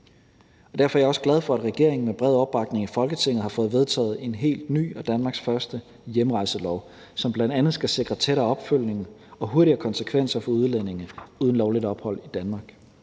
Derfor er jeg også glad for, at regeringen med bred opbakning i Folketinget har fået vedtaget en helt ny og Danmarks første hjemrejselov, som bl.a. skal sikre tættere opfølgning og hurtigere konsekvenser for udlændinge uden lovligt ophold i Danmark.